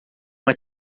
uma